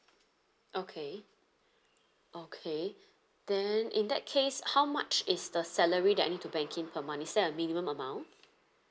okay okay then in that case how much is the salary that I need to bank in per month is there a minimum amount